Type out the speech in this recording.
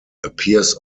appears